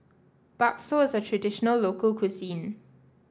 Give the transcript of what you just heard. Bakso is a traditional local cuisine